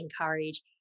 encourage